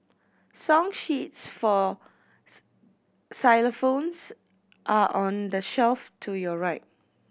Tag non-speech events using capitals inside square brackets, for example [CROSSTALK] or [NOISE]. song sheets for [UNINTELLIGIBLE] xylophones are on the shelf to your right